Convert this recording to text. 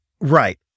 Right